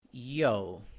Yo